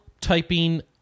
typing